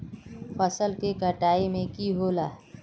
फसल के कटाई में की होला?